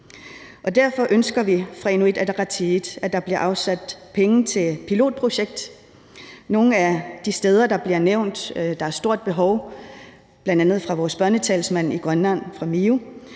side, at der bliver afsat penge til et pilotprojekt. Nogle af de steder, der bliver nævnt, hvor der er et stort behov, bl.a. af vores børnetalsmand i Grønland, fra MIO,